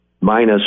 minus